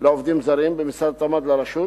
לעובדים זרים במשרד התמ"ת לרשות,